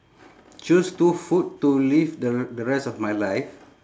choose two food to live the the rest of my life